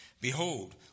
Behold